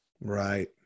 Right